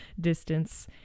distance